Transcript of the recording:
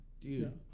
Dude